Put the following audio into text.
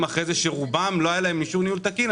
אחרי זה שרובם לא היה להם אישור ניהול תקין,